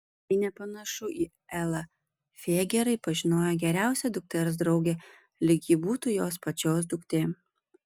tai nepanašu į elą fėja gerai pažinojo geriausią dukters draugę lyg ji būtų jos pačios duktė